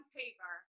paper